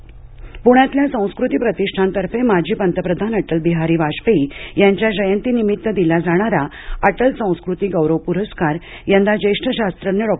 माशेलकर पुरस्कार पुण्यातल्या संस्कृती प्रतिष्ठानतर्फे माजी पंतप्रधान अटलबिहारी वाजपेयी यांच्या जयंतीनिमित्त दिला जाणारा अटल संस्कृती गौरव पुरस्कार यंदा ज्येष्ठ शास्त्रज्ञ डॉ